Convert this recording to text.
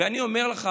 ואני אומר לך,